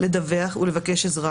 לדווח ולבקש עזרה.